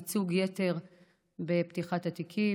ייצוג יתר בפתיחת תיקים.